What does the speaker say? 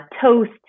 toast